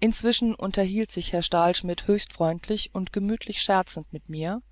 inzwischen unterhielt sich herr stahlschmidt höchst freundlich und gemüthlich scherzend mit mir